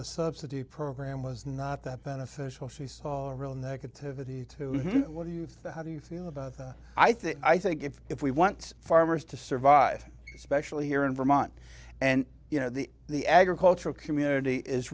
the subsidy program was not that beneficial she saw a real negativity to what do you think how do you feel about that i think i think if if we want farmers to survive especially here in vermont and you know the the agricultural community is